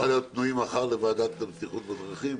להיות פנויים מחר לוועדת הבטיחות בדרכים.